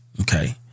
okay